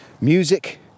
music